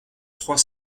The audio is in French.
trois